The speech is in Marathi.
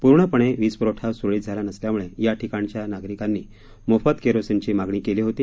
पूर्णपणे वीज प्रवठा स्रळीत झाला नसल्याम्ळे याठिकाणच्या नागरिकांनी मोफत केरोसिनची मागणी केली होती